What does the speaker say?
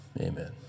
amen